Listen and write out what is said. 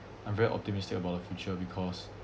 I'm very optimistic about the future because